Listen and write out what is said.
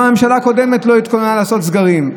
גם הממשלה הקודמת לא התכוננה לעשות סגרים.